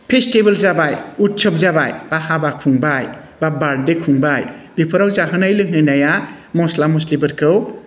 festival जाबाय उत्सब जाबाय बा हाबा खुंबाय बा बार्डे खुंबाय बेफोराव जाहोनाय लोंहोनाया मस्ला मस्लिफोरखौ